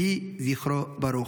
יהי זכרו ברוך.